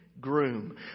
groom